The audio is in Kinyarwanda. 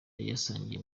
yasangije